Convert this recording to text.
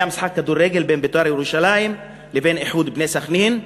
היה משחק כדורגל בין "בית"ר ירושלים" לבין "איחוד בני סח'נין".